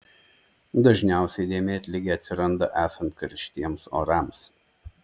dažniausiai dėmėtligė atsiranda esant karštiems orams